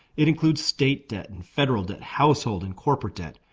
it includes state debt, and federal debt, household and corporate debt.